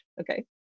okay